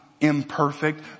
imperfect